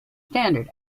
standard